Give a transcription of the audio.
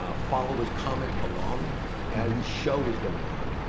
ah followers comment along as the show was going on.